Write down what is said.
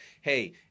hey